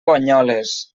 banyoles